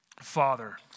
father